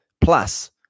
plus